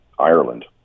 Ireland